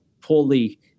poorly